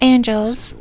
Angels